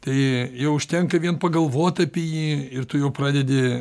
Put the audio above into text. tai jau užtenka vien pagalvot apie jį ir tu jau pradedi